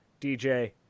dj